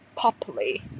properly